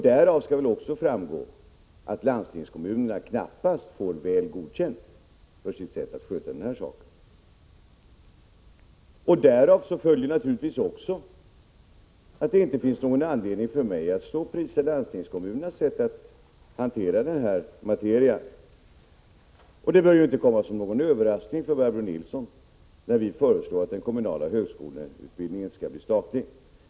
Därav skall också framgå att landstingskommunerna knappast får ”väl godkänd” för sitt sätt att sköta den här saken. Därav följer naturligtvis också att det inte finns någon anledning för mig att prisa landstingskommunernas sätt att hantera den här materian. Det bör inte komma som någon överraskning för Barbro Nilsson, när vi föreslår att den kommunala högskoleutbildningen skall bli statlig.